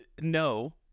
no